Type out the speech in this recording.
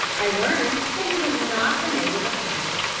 i learned that he was not a native of caneville,